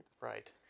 Right